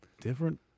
different